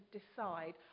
decide